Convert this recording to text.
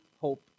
hope